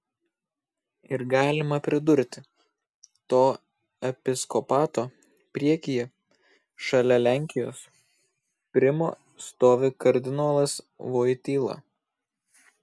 ir galima pridurti to episkopato priekyje šalia lenkijos primo stovi kardinolas voityla